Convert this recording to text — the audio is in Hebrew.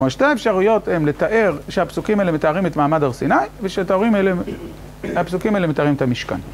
שתי האפשרויות הן לתאר שהפסוקים האלה מתארים את מעמד הר סיני ושהפסוקים האלה מתארים את המשכן.